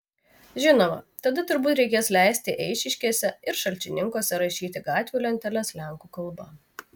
žinoma tada turbūt reikės leisti eišiškėse ir šalčininkuose rašyti gatvių lenteles lenkų kalba